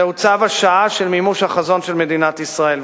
זהו צו השעה של מימוש החזון של מדינת ישראל,